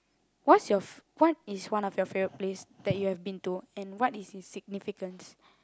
what's your what is one of your favourite place that you have been to and what is its significance